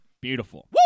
Beautiful